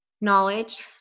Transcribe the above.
knowledge